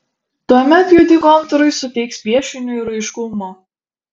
tuomet juodi kontūrai suteiks piešiniui raiškumo